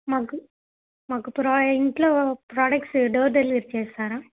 మాకు మాకు ప్రొ ఇంట్లో ప్రొడక్ట్స్ డోర్ డెలివరీ చేస్తారా